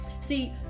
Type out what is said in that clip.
See